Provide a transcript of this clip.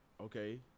okay